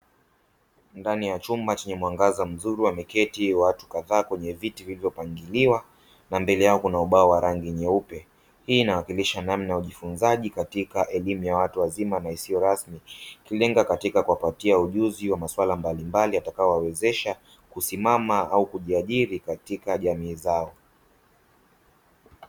Ndani ya chumba chenye mwangaza mzuri wameketi watu kadhaa kwenye viti vilivopangiliwa na mbele yao kuna ubao wa rangi nyeupe, hii inawakilisha namna ya ujifunzaji katika elimu ya watu wazima isiyo rasmi, ikilenga katika kuwapatia ujuzi kwa masuala mbalimbali yatakayowawezesha kusimama au kujiajiri katika jamii zao.